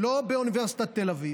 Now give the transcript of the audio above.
לא באוניברסיטת תל אביב.